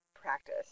practice